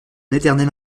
éternelle